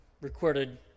recorded